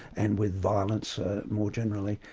and with violence more generally.